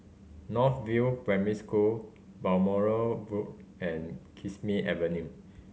North View Primary School Balmoral Road and Kismi Avenue